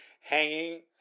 hanging